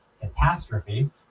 catastrophe